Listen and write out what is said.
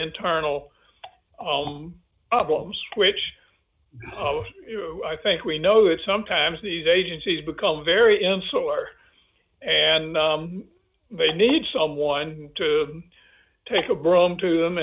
ones which i think we know that sometimes these agencies become very insular and they need someone to take a broom to them